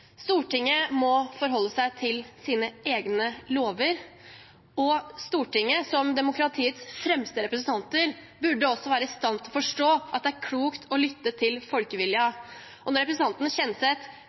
Stortinget må forholde seg til sine egne lover, og Stortinget som demokratiets fremste representanter burde være i stand til å forstå at det er klokt å lytte til